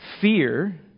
fear